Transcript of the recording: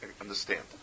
understand